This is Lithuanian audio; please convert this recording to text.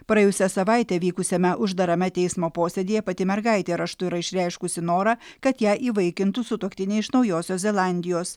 praėjusią savaitę vykusiame uždarame teismo posėdyje pati mergaitė raštu yra išreiškusi norą kad ją įvaikintų sutuoktiniai iš naujosios zelandijos